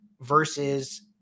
versus